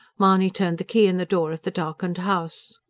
mahony turned the key in the door of the darkened house.